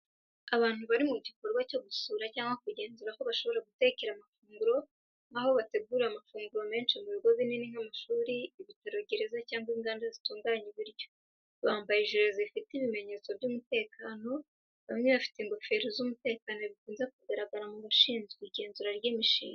Abantu bari mu gikorwa cyo gusura cyangwa kugenzura aho bashobora gutekera amafunguro, nk’aho bategurira amafunguro menshi mu bigo binini nk’amashuri, ibitaro, gereza, cyangwa inganda zitunganya ibiryo. Bambaye gire zifite ibimenyetso by’umutekano bamwe bafite ingofero z’umutekano bikunze kugaragara ku bashinzwe igenzura ry'imishinga.